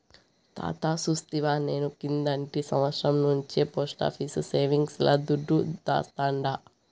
తాతా సూస్తివా, నేను కిందటి సంవత్సరం నుంచే పోస్టాఫీసు సేవింగ్స్ ల దుడ్డు దాస్తాండా